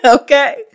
okay